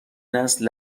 نسل